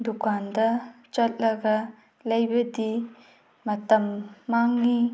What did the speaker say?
ꯗꯨꯀꯥꯟꯗ ꯆꯠꯂꯒ ꯂꯩꯕꯗꯤ ꯃꯇꯝ ꯃꯥꯡꯏ